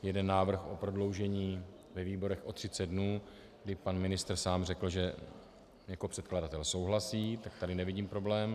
Jeden návrh na prodloužení ve výborech o 30 dnů, kdy pan ministr řekl, že jako předkladatel souhlasí, tak tady nevidím problém.